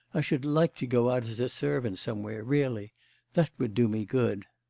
i should like to go out as a servant somewhere, really that would do me good.